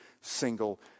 single